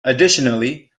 additionally